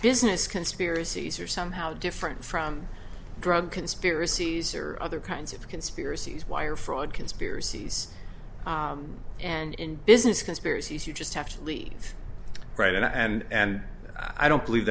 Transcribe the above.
business conspiracies are somehow different from drug conspiracies or other kinds of conspiracies wire fraud conspiracies and business conspiracies you just have to leave it right and i and i don't believe